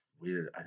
weird